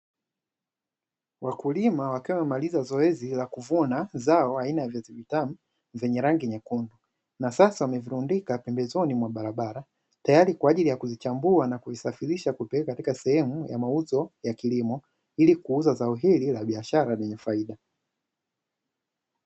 Wakulima wakiwa wamemaliza zoezi ya kuvuna zao aina ya viazi vitamu vyenye rangi nyekundu, na sasa wamevilundika pembezoni mwa barabara tayari kwa kuvichambua na kusafirisha katika sehemu za mauzo ya kilimo; ili kuuza zao hilo la kibiashara lenye faida.